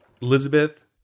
Elizabeth